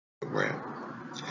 Program